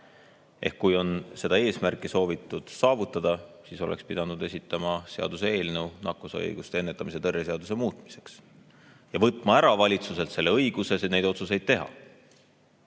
kui seda eesmärki on soovitud saavutada, siis oleks pidanud esitama seaduseelnõu nakkushaiguste ennetamise ja tõrje seaduse muutmiseks ja võtma valitsuselt ära õiguse neid otsuseid teha.